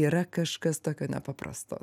yra kažkas tokio nepaprasto